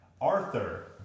Arthur